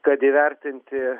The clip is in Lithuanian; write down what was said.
kad įvertinti